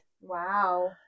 Wow